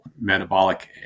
metabolic